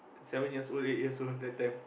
seven years old eight years old that time